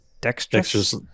Dexterous